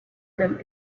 them